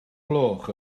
gloch